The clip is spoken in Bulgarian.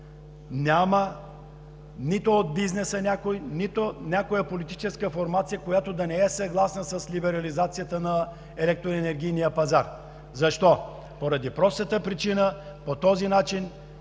няма някой от бизнеса, нито някоя политическа формация, която да не е съгласна с либерализацията на електроенергийния пазар. Защо? Поради простата причина – по този начин